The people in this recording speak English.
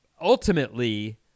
ultimately